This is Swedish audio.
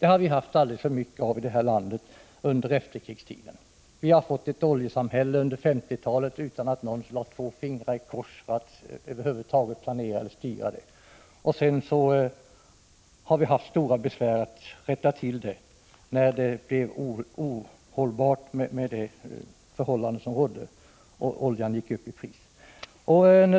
Det har vi haft alldeles för mycket av i det här landet under efterkrigstiden. Vi fick under 1950-talet ett oljesamhälle utan att någon lade två fingrar i kors för att planera eller styra det hela. Sedan har vi haft stora svårigheter att rätta till det när förhållandena blev ohållbara och oljan gick upp i pris.